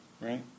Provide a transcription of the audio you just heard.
right